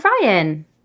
Ryan